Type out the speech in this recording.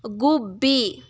ಗುಬ್ಬಿ